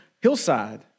hillside